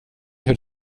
hur